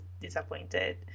disappointed